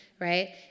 right